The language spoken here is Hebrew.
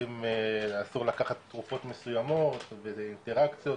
אסור להם לקחת תרופות מסוימות כי זה יוצר אינטראקציות.